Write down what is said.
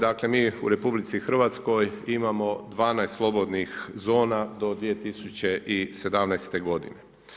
Dakle mi u RH imamo 12 slobodnih zona do 2017. godine.